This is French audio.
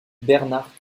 bernard